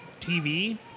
TV